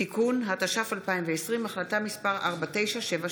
התש"ף 2020, החלטה מס' 4971,